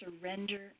surrender